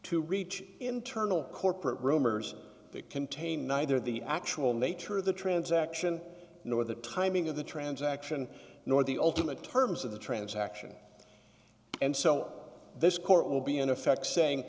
to reach internal corporate rumors that contain neither the actual nature of the transaction nor the timing of the transaction nor the ultimate terms of the transaction and so this court will be in effect saying